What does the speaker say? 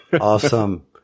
awesome